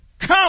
come